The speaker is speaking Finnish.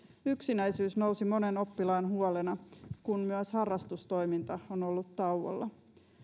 yksinäisyys nousi esiin monen oppilaan huolena kun myös harrastustoiminta on ollut tauolla